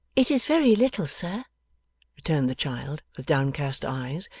it is very little, sir returned the child, with downcast eyes,